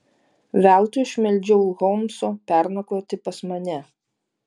veltui aš meldžiau holmso pernakvoti pas mane